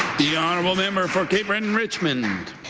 the honourable member for cape breton-richmond.